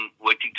waiting